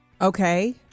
Okay